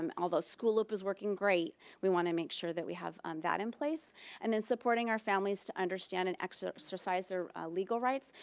um although school loop is working great. we want to make sure that we have um that in place and then supporting our families to understand and exercise their legal rights.